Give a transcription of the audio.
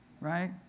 right